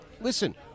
listen